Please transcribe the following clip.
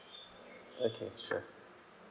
okay sure